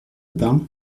pain